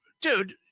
Dude